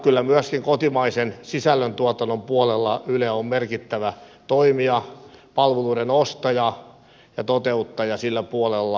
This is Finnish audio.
kyllä myöskin kotimaisen sisällöntuotannon puolella yle on merkittävä toimija palveluiden ostaja ja toteuttaja sillä puolella